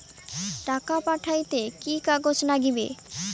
টাকা পাঠাইতে কি কাগজ নাগীবে?